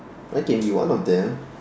I can be one of them